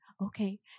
okay